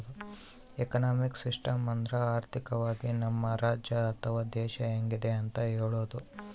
economic system ಅಂದ್ರ ಆರ್ಥಿಕವಾಗಿ ನಮ್ ರಾಜ್ಯ ಅಥವಾ ದೇಶ ಹೆಂಗಿದೆ ಅಂತ ಹೇಳೋದು